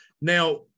Now